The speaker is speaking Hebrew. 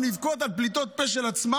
הדבר השני שדיברת עליו, דיברת פה כשדיברו